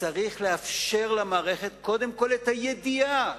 צריך לאפשר למערכת קודם כול את הידיעה,